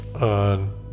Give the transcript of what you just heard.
on